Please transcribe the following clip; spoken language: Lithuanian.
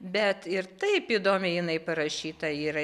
bet ir taip įdomiai jinai parašyta yra